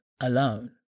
alone